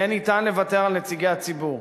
יהיה אפשר לוותר על נציגי הציבור.